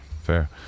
fair